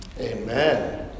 Amen